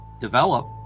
develop